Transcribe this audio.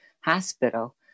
hospital